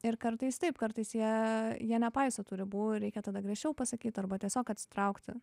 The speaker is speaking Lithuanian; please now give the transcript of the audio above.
ir kartais taip kartais jie jie nepaiso tų ribų reikia tada griežčiau pasakyt arba tiesiog atsitraukti